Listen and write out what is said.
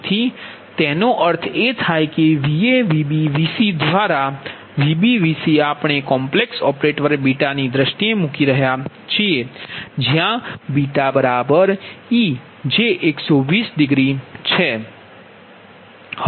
તેથી તેનો અર્થ એ કે VaVbVc આ Vb Vc આપણે કોમ્પલેક્ષ ઓપરેટર બીટા ની દ્રષ્ટિએ મૂકી રહ્યા છીએ જ્યાં β ej120છે